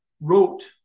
wrote